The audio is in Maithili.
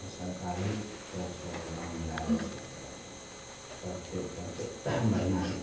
सरकारी तरफसे अगर लोन लै लए छै तऽ पढ़िते पढ़िते बढ़िआँ